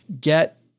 get